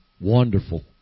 wonderful